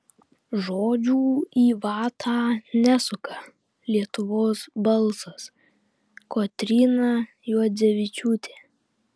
žodžių į vatą nesuka lietuvos balsas kotryna juodzevičiūtė